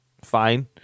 Fine